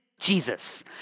Jesus